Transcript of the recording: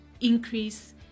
increase